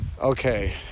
Okay